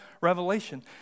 revelation